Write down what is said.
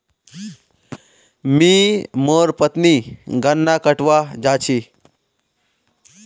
मी आर मोर पत्नी गन्ना कटवा जा छी